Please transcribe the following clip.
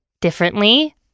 differently